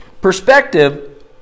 Perspective